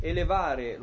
Elevare